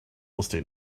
estate